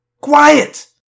Quiet